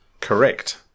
Correct